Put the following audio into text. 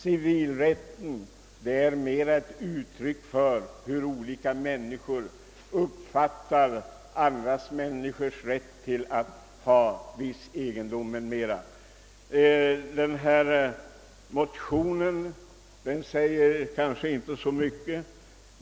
Civilrätten är mera ett uttryck för hur olika människor uppfattar andra människors rätt att inneha viss egendom. De nu väckta motionerna säger kanske inte så mycket.